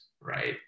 right